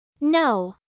No